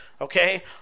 okay